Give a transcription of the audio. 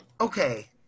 okay